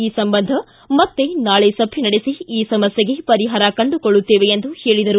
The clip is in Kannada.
ಈ ಸಂಬಂಧ ಮತ್ತೇ ನಾಳೆ ಸಭೆ ನಡೆಸಿ ಈ ಸಮಸ್ಥೆಗೆ ಪರಿಹಾರ ಕಂಡುಕೊಳ್ಳುತ್ತೇವೆ ಎಂದು ಹೇಳಿದರು